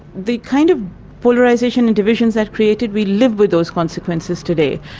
the kind of polarisation and divisions that created, we live with those consequences today.